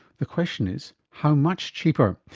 the question is how much cheaper?